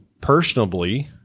personally